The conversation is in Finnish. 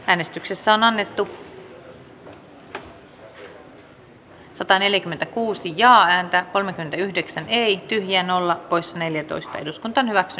tarkoitukseni oli äänestää jaa ääntä kolmekymmentäyhdeksän ei tyhjän nolla poissa neljätoista eduskunta hyväksyi